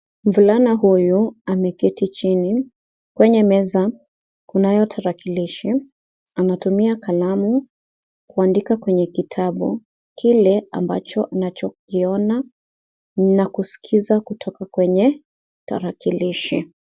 Mvulana huyu ameketi chini. Kwenye meza, kunayo tarakilishi. Anatumia kalamu kuandika kwenye kitabu kile ambacho anakiona na kusikiliza kwenye tarakilishi.